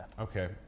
Okay